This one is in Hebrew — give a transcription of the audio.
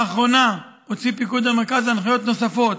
לאחרונה הוציא פיקוד המרכז הנחיות נוספות,